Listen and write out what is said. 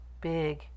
big